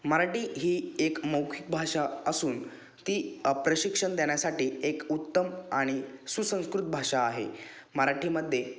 मराठी ही एक मौखिक भाषा असून ती प्रशिक्षण देण्यासाठी एक उत्तम आणि सुसंस्कृत भाषा आहे मराठीमध्ये